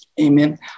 Amen